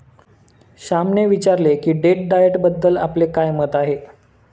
श्यामने विचारले की डेट डाएटबद्दल आपले काय मत आहे?